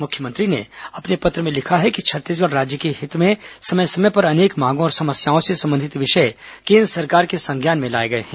मुख्यमंत्री ने अपने पत्र में लिखा है कि छत्तीसगढ़ राज्य के हित में समय समय पर अनेक मांगों और समस्याओं से संबंधित विषय केन्द्र सरकार के संज्ञान में लाए गए हैं